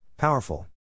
Powerful